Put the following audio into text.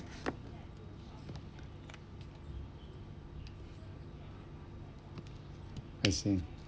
I see